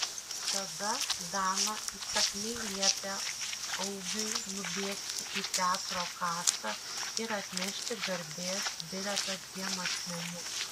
tada dana įsakmiai liepė augiui nubėgti į teatro kasą ir atnešti garbės bilietą dviem asmenims